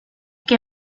que